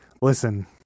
Listen